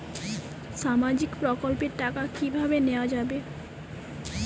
সামাজিক প্রকল্পের টাকা কিভাবে নেওয়া যাবে?